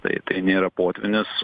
tai tai nėra potvynis